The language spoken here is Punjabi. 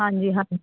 ਹਾਂਜੀ ਹਾਂਜੀ